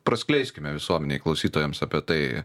praskleiskime visuomenei klausytojams apie tai